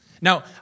Now